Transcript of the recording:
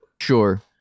Sure